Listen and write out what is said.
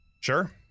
Sure